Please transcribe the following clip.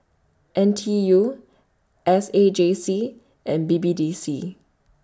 N T U S A J C and B B D C